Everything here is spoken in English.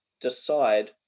decide